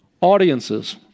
audiences